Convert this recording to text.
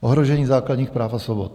Ohrožení základních práv a svobod.